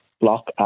block